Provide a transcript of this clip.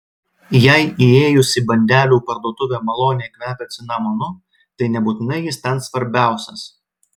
jei įėjus į bandelių parduotuvę maloniai kvepia cinamonu tai nebūtinai jis ten svarbiausias